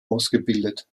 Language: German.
ausgebildet